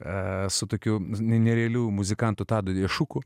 esu tokių nerealių muzikantų tado dešuko